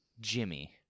Jimmy